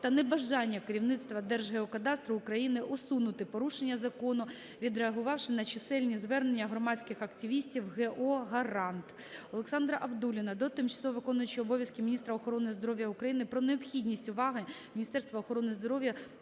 та небажання керівництва Держгеокадастру України усунути порушення закону, відреагувавши на численні звернення громадських активістів ГО "Гарант". Олександра Абдулліна до тимчасово виконуючої обов'язки міністра охорони здоров'я України про необхідність уваги Міністерства охорони здоров'я